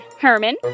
Herman